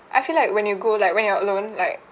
I feel like when you go like when you are alone like